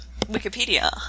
Wikipedia